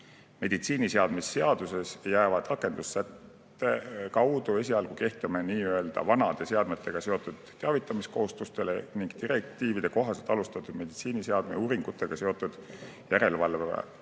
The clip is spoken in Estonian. Meditsiiniseadme seaduses jäävad rakendussätte kaudu esialgu kehtima nii-öelda vanade seadmetega seotud teavitamiskohustused ning direktiivide kohaselt alustatud meditsiiniseadme uuringutega seotud järelevalve,